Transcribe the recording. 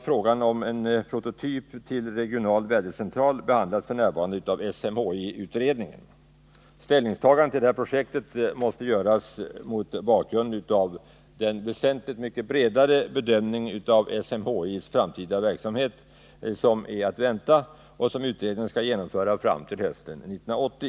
Frågan om en prototyp till regional vädercentral behandlas f.n. av SMHI-utredningen. Ställningstagande till projektet måste göras mot bakgrund av den väsentligt mycket bredare bedömning av SMHI:s framtida verksamhet som är att vänta och som utredningen skall genomföra fram till hösten 1980.